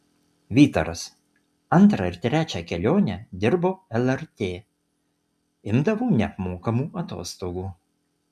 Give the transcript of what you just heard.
vytaras antrą ir trečią kelionę dirbau lrt imdavau neapmokamų atostogų